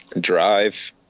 drive